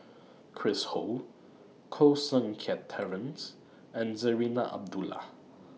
Chris Ho Koh Seng Kiat Terence and Zarinah Abdullah